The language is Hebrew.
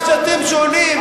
מה שאתם שואלים,